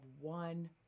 one